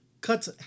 cuts